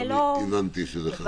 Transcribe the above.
הבנתי שזה חשוב.